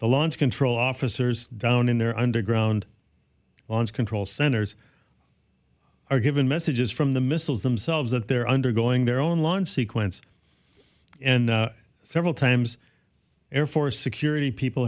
the launch control officers down in their underground launch control centers are given messages from the missiles themselves that they're undergoing their own launch sequence and several times air force security people